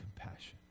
compassion